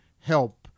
help